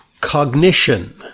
cognition